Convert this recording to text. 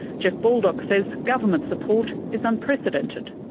jeff baldock says government support is unprecedented.